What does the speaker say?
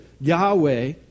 Yahweh